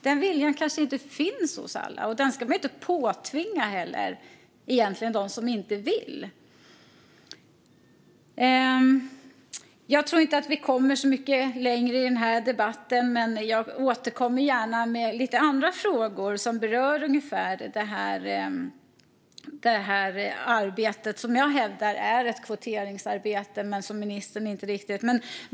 Den viljan kanske inte finns hos alla, och den ska man egentligen inte heller påtvinga dem som inte vill. Jag tror inte att vi kommer så mycket längre i den här debatten. Jag återkommer dock gärna med lite andra frågor som berör ungefär det här arbetet, som jag hävdar är ett kvoteringsarbete.